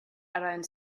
around